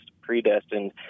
predestined